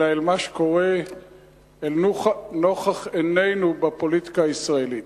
אלא על מה שקורה נוכח עינינו בפוליטיקה הישראלית.